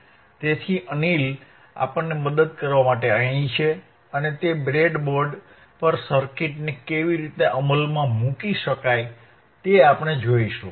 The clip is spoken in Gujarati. તેથી અનિલ આપણને મદદ કરવા માટે અહીં છે અને તે બ્રેડબોર્ડ પર સર્કિટને કેવી રીતે અમલમાં મૂકી શકાય તે આપણે જોઈશું